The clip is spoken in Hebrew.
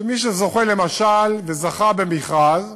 שמי שזוכה, למשל זכה במכרז,